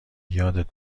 یادت